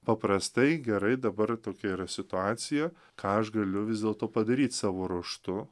paprastai gerai dabar tokia yra situacija ką aš galiu vis dėlto padaryt savo ruoštu